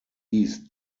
east